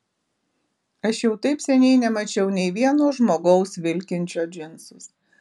aš jau taip seniai nemačiau nei vieno žmogaus vilkinčio džinsus